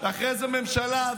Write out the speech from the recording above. אחרי זה הממשלה,